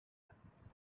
acts